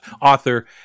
author